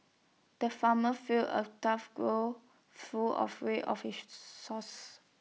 the farmer filled A tough full of hay of his sauce